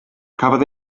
cafodd